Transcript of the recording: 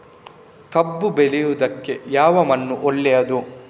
ಕಬ್ಬು ಬೆಳೆಯುವುದಕ್ಕೆ ಯಾವ ಮಣ್ಣು ಒಳ್ಳೆಯದು?